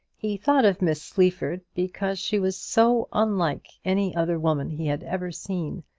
he thought of miss sleaford because she was so unlike any other woman he had ever seen,